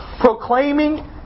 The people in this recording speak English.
proclaiming